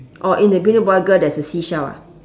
oh in the middle boy girl there's a seashell ah